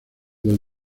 del